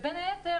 ובין היתר,